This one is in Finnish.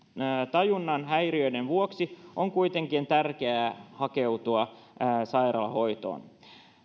tajunnan häiriöiden vuoksi on kuitenkin tärkeää hakeutua sairaalahoitoon